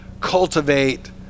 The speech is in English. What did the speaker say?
cultivate